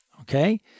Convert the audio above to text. Okay